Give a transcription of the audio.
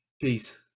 Peace